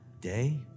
day